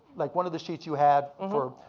like one of the sheets you have for,